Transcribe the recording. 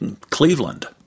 Cleveland